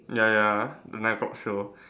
ya ya ya the nine o-clock show